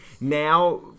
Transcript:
now